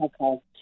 Okay